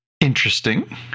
interesting